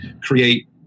create